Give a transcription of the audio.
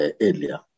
earlier